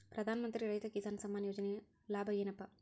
ಪ್ರಧಾನಮಂತ್ರಿ ರೈತ ಕಿಸಾನ್ ಸಮ್ಮಾನ ಯೋಜನೆಯ ಲಾಭ ಏನಪಾ?